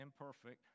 imperfect